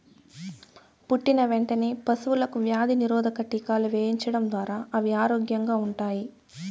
పుట్టిన వెంటనే పశువులకు వ్యాధి నిరోధక టీకాలు వేయించడం ద్వారా అవి ఆరోగ్యంగా ఉంటాయి